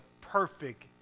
perfect